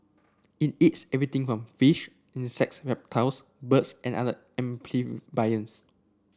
it eats everything from fish insects reptiles birds and other amphibians